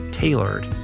Tailored